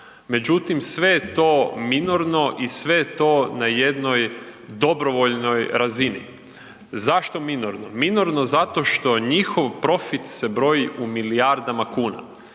međutim sve je to minorno i sve je to na jednoj dobrovoljnoj razini. Zašto minorno? Minorno zato što njihov profit se broji u milijardama kuna